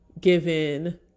Given